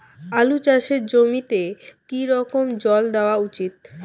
আলু চাষের জমিতে কি রকম জল দেওয়া উচিৎ?